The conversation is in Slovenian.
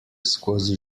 skozi